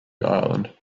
island